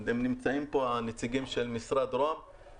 ונמצאים פה הנציגים של משרד ראש הממשלה,